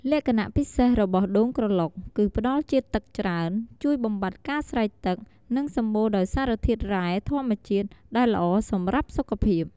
លក្ខណៈពិសេសរបស់ដូងក្រឡុក គឺផ្ដល់ជាតិទឹកច្រើន ជួយបំបាត់ការស្រេកទឹក និងសម្បូរដោយសារធាតុរ៉ែធម្មជាតិ ដែលល្អសម្រាប់សុខភាព។